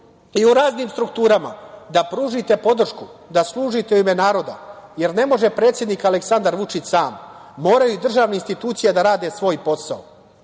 i u raznim strukturama, da pružite podršku, da služite u ime naroda, jer ne može predsednik Aleksandar Vučić sam. Moraju i državne institucije da rade svoj posao. Morate